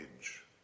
age